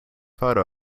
photo